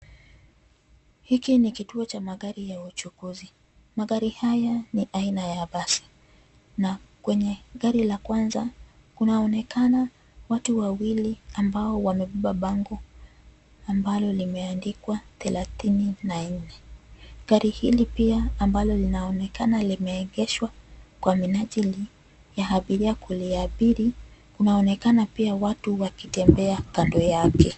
Hiki ni kituo cha magari ya uchukuzi. Magari haya ni aina ya basi na kwenye gari la kwanza kunaonekana watu wawili ambao wamebeba bango ambalo limeandikwa thelathini na nne. Gari hili pia ambalo linaonekana limeegeshwa kwa minajili ya abiria kuliabiri kunaonekana pia watu wakitembea kando yake.